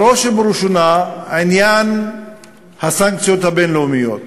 בראש ובראשונה, עניין הסנקציות הבין-לאומיות